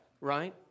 right